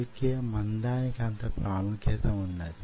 అందుకే మందానికి అంత ప్రాముఖ్యత ఉన్నది